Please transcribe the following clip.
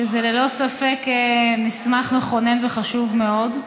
שזה ללא ספק מסמך מכונן וחשוב מאוד.